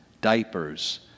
diapers